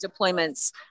deployments